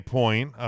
point